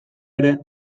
ere